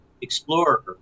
explorer